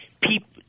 people